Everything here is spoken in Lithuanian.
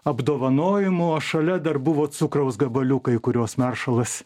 apdovanojimų o šalia dar buvo cukraus gabaliukai kuriuos maršalas